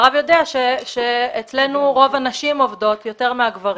הרב יודע שאצלנו הנשים עובדות, יותר מאשר הגברים.